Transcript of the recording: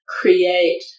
create